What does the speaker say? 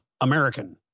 American